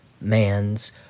man's